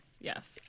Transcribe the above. Yes